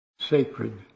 sacred